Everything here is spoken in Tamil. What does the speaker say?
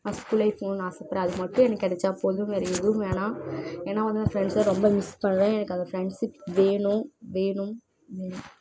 நான் ஸ்கூல் லைஃப் போகணுன்னு நான் ஆசைப்பட்றேன் அதுக்கு மட்டும் எனக்கு கிடச்சா போதும் வேற எதுவும் வேணாம் ஏன்னா வந்து நான் ஃப்ரெண்ட்ஸை ரொம்ப மிஸ் பண்ணுறேன் எனக்கு அந்த ஃப்ரெண்ட்ஷிப் வேணும் வேணும் வேணும்